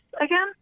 again